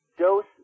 dose